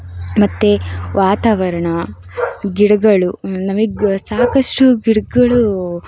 ಮತ್ತು ವಾತಾವರಣ ಗಿಡಗಳು ನಮಗೆ ಸಾಕಷ್ಟು ಗಿಡಗಳು